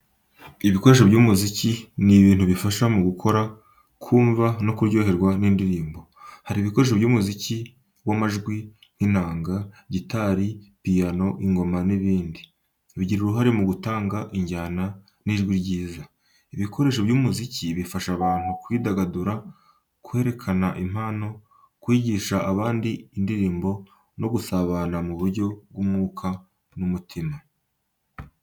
Ibikoresho by’umuziki ni ibintu bifasha mu gukora, kumva no kuryoherwa n’indirimbo. Hari ibikoresho by’umuziki w’amajwi nk’inanga, gitari, piano, ingoma, n’ibindi.., bigira uruhare mu gutanga ijyana n’ijwi ryiza. Ibikoresho by’umuziki bifasha abantu kwidagadura, kwerekana impano, kwigisha abandi indirimbo no gusabana mu buryo bw’umwuka n’umutima.